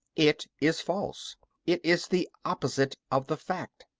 it is false it is the opposite of the fact.